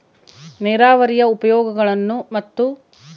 ನೇರಾವರಿಯ ಉಪಯೋಗಗಳನ್ನು ಮತ್ತು?